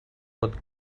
pot